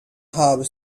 harbour